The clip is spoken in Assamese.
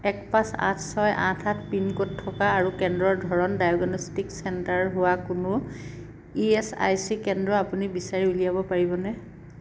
এক পাঁচ আঠ ছয় আঠ আঠ পিন ক'ড থকা আৰু কেন্দ্ৰৰ ধৰণ ডায়েগনষ্টিক চেণ্টাৰ হোৱা কোনো ই এছ আই চি কেন্দ্ৰ আপুনি বিচাৰি উলিয়াব পাৰিবনে